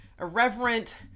irreverent